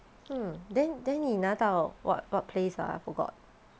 mm then then 你拿到 what what place ah I forgot